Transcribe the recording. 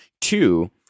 Two